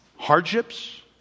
Hardships